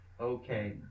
Okay